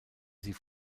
sie